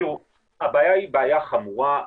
הבעיה היא בעיה חמורה,